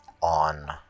on